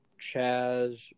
Chaz